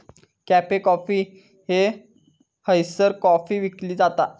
cafe Coffee Day हयसर coffee विकली जाता